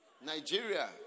Nigeria